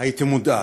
הייתי מודאג,